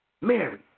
Mary